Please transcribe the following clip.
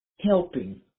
helping